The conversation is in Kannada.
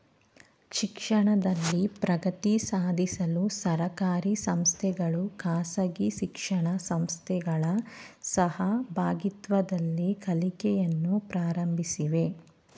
ಶಿಕ್ಷಣದಲ್ಲಿ ಪ್ರಗತಿ ಸಾಧಿಸಲು ಸರ್ಕಾರಿ ಸಂಸ್ಥೆಗಳು ಖಾಸಗಿ ಶಿಕ್ಷಣ ಸಂಸ್ಥೆಗಳ ಸಹಭಾಗಿತ್ವದಲ್ಲಿ ಕಲಿಕೆಯನ್ನು ಪ್ರಾರಂಭಿಸಿವೆ